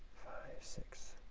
five, six,